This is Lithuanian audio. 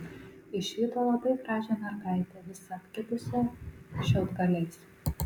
išvydo labai gražią mergaitę visą apkibusią šiaudgaliais